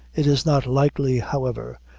it is not likely, however,